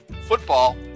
football